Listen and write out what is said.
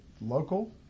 local